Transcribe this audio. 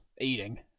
eating